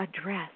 address